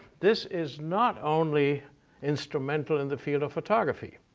this is not only instrumental in the field of photography.